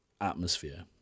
atmosphere